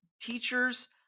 teachers